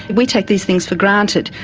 we take these things for granted,